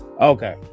okay